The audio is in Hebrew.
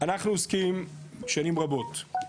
אנחנו עוסקים שנים רבות,